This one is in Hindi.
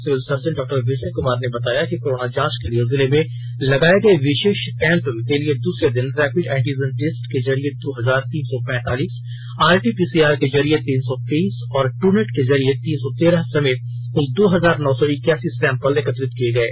सिविल सर्जन डॉ विजय कुमार ने बताया कि कोरोना जांच के लिए जिले में लगाये गये विशेष कैंप के दूसरे दिन रैपिड एंटिजेन टेस्ट के जरिये दो हजार तीन सौ पैंतालीस आरटीपीसीआर के जरिये तीन सौ तेईस और ट्रनेट के जरिये तीन सौ तेरह समेत कुल दो हजार नौ सौ इक्यासी सैंपल एकत्रित किये गये